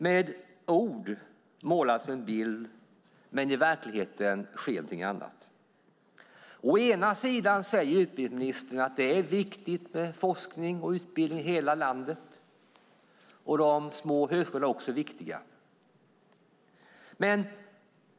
Med ord målas en bild, men i verkligheten sker något annat. Å ena sidan säger utbildningsministern att det är viktigt med forskning och utbildning i hela landet och att de små högskolorna också är viktiga.